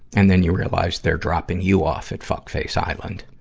and then you realize they're dropping you off at fuckface island,